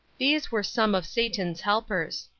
these were some of satan's helpers.